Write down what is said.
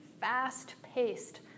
fast-paced